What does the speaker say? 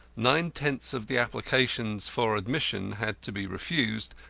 nine-tenths of the applications for admission had to be refused,